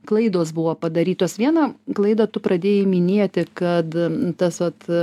klaidos buvo padarytos vieną klaidą tu pradėjai minėti kad tas vat